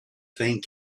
thing